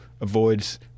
avoids